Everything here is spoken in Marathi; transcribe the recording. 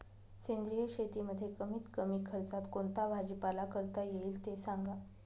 सेंद्रिय शेतीमध्ये कमीत कमी खर्चात कोणता भाजीपाला करता येईल ते सांगा